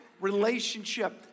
relationship